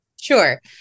Sure